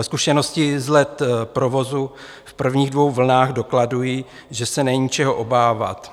Zkušenosti z let provozu v prvních dvou vlnách dokladují, že se není čeho obávat.